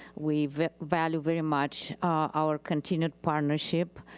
we value very much our continued partnership.